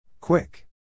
Quick